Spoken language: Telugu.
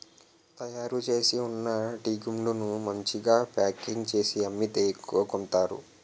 తయారుచేసి ఉన్న టీగుండను మంచిగా ప్యాకింగ్ చేసి అమ్మితే ఎక్కువ కొంతారు